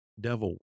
devil